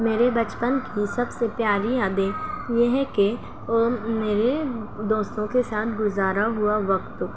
میرے بچپن کی سب سے پیاری یادیں یہ ہے کہ وہ میرے دوستوں کے ساتھ گزارا ہوا وقت